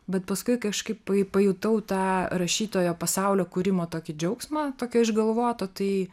bet paskui kažkaip paju pajutau tą rašytojo pasaulio kūrimo tokį džiaugsmą tokio išgalvoto tai